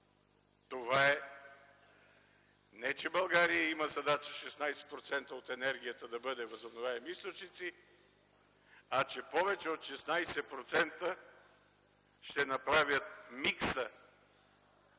това е не, че България има задача 16% от енергията да бъде възобновяеми източници, а че повече от 16% ще направят микса